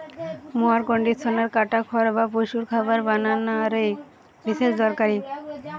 mower conditioner কাটা খড় বা পশুর খাবার বানানা রে বিশেষ দরকারি